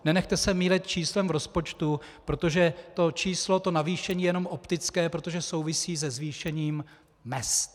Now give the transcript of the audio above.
Nenechte se mýlit číslem rozpočtu, protože to navýšení je jenom optické, protože souvisí se zvýšením mezd.